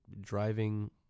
driving